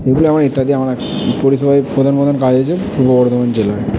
সেগুলো আমরা ইত্যাদি আমাদের পরিষেবা হয় প্রধান প্রধান কাজ আছে পূর্ব বর্ধমান জেলায়